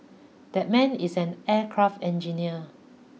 that man is an aircraft engineer